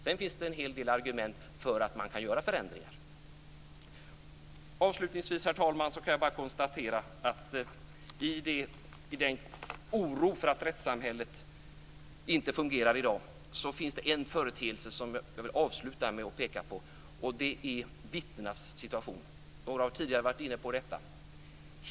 Sedan finns det en hel del argument för att man kan göra förändringar. Avslutningsvis, herr talman, kan jag bara konstatera att i oron för att rättssamhället inte fungerar i dag finns det en företeelse som jag vill avsluta med att peka på, och det är vittnenas situation. Några har tidigare varit inne på detta.